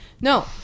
No